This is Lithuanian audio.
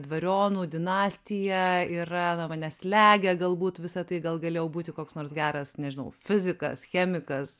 dvarionų dinastija yra na mane slegia galbūt visa tai gal galėjau būti koks nors geras nežinau fizikas chemikas